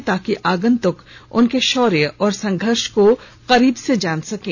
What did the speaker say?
ताकि आगंत्रक उनके शौर्य और संघर्ष को करीब से जान सकें